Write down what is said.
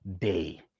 day